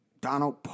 Donald